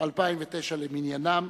2009 למניינם.